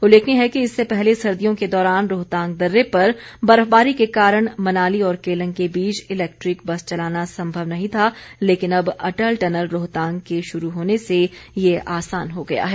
उल्लेखनीय है कि इससे पहले सर्दियों के दौरान रोहतांग दर्रे पर बर्फबारी के कारण मनाली और केलंग के बीच इलैक्ट्रिक बस चलाना सम्भव नहीं था लेकिन अब अटल टनल रोहतांग के शुरू होने से ये आसान हो गया है